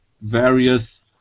various